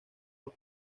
los